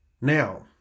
Now